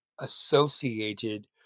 associated